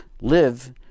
live